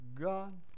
God